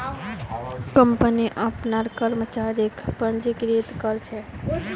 company अपनार कर्मचारीक पंजीकृत कर छे